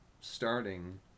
starting